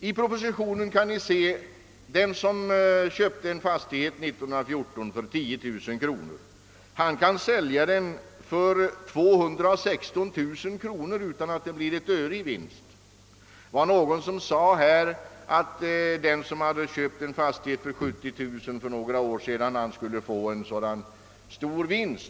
Av propositionen framgår vidare att den som köpte en fastighet år 1914 för 10 000 kronor kan sälja den för 216 000 kronor utan han behöver skatta för någon vinst. Det var någon som sade här, att den som hade köpt en fastighet för 70 000 kronor för några år sedan skulle få en stor vinst vid försäljningen av denna.